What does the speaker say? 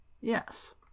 Yes